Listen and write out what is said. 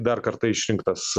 dar kartą išrinktas